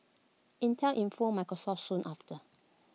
Intel informed Microsoft soon after